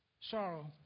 sorrow